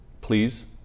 please